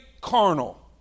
carnal